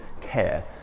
care